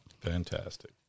Fantastic